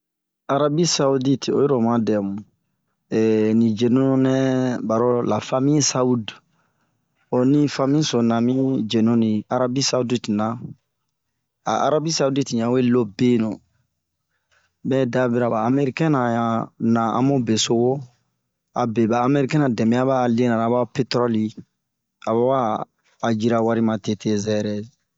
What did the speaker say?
Arabi saudite oyiro oma dɛmu heh mun yenu nɛ ba lo famiye saude, adin famiye so naa mi yenu ho arabi saudite na. A Arabi saudite ɲan we lobenu, mɛɛda bira ba amɛrikɛn ra ɲan bun beso woo.A bie ba amɛrikɛn ra dɛmɛ'a a lena ra ri petɔrɔli a hua a yira warimatete zɛrɛ.